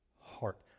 heart